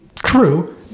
true